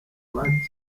bakiriye